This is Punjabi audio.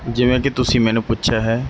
ਜਿਵੇਂ ਕਿ ਤੁਸੀਂ ਮੈਨੂੰ ਪੁੱਛਿਆ ਹੈ